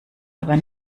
aber